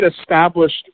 established